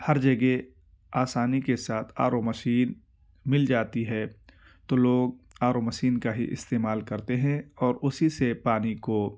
ہر جگہ آسانی کے ساتھ آر او مشین مل جاتی ہے تو لوگ آر او مشین كا ہی استعمال کرتے ہیں اور اسی سے پانی کو